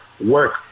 work